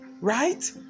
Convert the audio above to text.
right